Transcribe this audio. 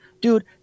Dude